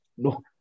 No